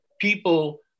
people